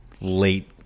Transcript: late